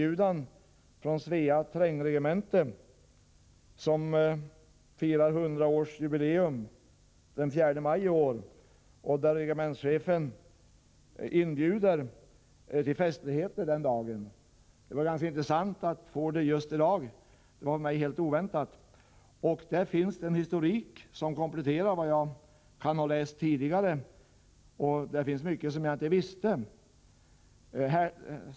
Det är fråga om en inbjudan med anledning av att Svea trängregemente den 4 maj i år firar hundraårsjubileum. Regementschefen inbjuder alltså till festligheter den dagen. Det är ganska intressant att jag just i dag fått denna inbjudan. Det var någonting helt oväntat för mig. I nämnda skrift finns en historik som för mig är ett komplement till det jag läst tidigare. Mycket av det som står där kände jag tidigare inte till.